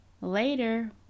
later